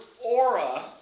Aura